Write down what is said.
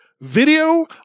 video